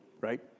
right